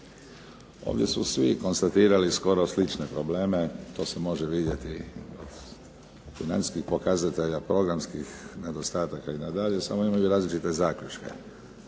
Ovdje su svi konstatirali skoro slične probleme, to se može vidjeti od financijskih pokazatelja, programskih nedostataka i nadalje, samo imaju različite zaključke.